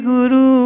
Guru